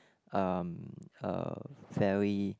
um a very